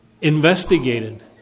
investigated